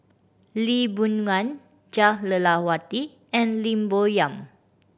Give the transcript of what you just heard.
Lee Boon Ngan Jah Lelawati and Lim Bo Yam